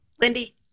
Lindy